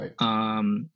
Right